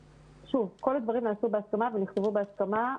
שוב, כל הדברים נעשו בהסכמה ונכתבו בהסכמה.